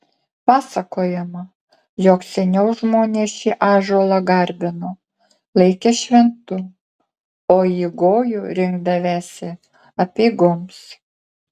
pasakojama jog seniau žmonės šį ąžuolą garbino laikė šventu o į gojų rinkdavęsi apeigoms